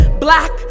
black